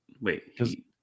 wait